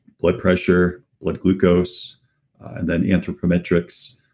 blood pressure, blood glucose and then anthropometrics,